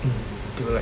they will like